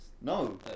No